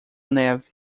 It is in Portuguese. neve